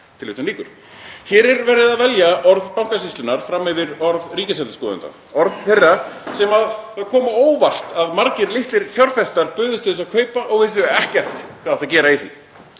þinginu.“ Hér er verið að velja orð Bankasýslunnar fram yfir orð ríkisendurskoðanda, orð þeirra sem það kom á óvart að margir litlir fjárfestar buðust til að kaupa og vissu ekkert hvað átti að gera í því.